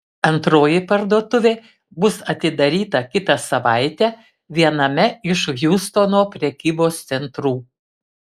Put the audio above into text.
antroji parduotuvė bus atidaryta kitą savaitę viename iš hjustono prekybos centrų